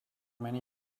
many